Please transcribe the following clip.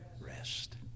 Rest